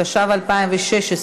התשע"ו 2016,